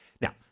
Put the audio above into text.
Now